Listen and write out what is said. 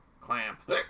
clamp